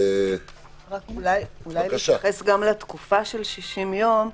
אולי להתייחס גם לתקופה של 60 יום,